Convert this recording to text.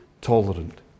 tolerant